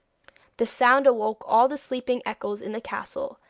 the sound awoke all the sleeping echoes in the castle,